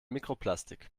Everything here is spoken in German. mikroplastik